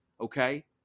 Okay